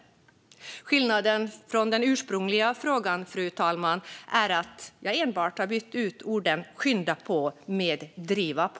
Skillnaden från den ursprungliga frågan, fru talman är enbart att jag bytt ut orden "skynda på" mot "driva på".